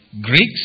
Greeks